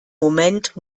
moment